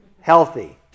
healthy